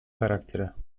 характера